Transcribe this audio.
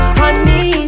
honey